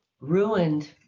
ruined